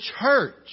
church